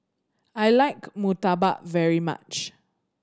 I like murtabak very much